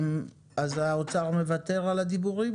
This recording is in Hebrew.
האוצר מוותר על הדיבור?